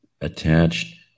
attached